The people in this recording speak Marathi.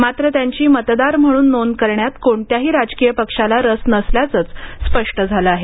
मात्र त्यांची मतदार म्हणून नोंद करण्यात कोणत्याही राजकीय पक्षाला रस नसल्याचंच स्पष्ट झालं आहे